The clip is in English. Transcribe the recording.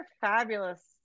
fabulous